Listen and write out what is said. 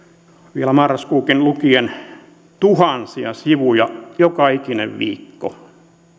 vielä marraskuukin lukien tuhansia sivuja joka ikinen viikko